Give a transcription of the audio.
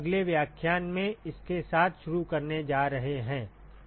तो हम अगले व्याख्यान में इसके साथ शुरू करने जा रहे हैं